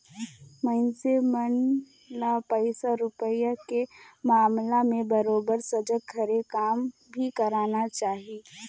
मइनसे मन से ल पइसा रूपिया के मामला में बरोबर सजग हरे काम भी करना चाही